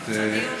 את, אני רוצה דיון.